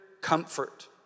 comfort